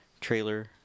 trailer